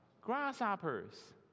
grasshoppers